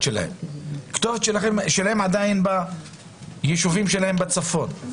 שלהם היא עדיין ביישובים שלהם בצפון.